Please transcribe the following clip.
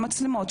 של מצלמות,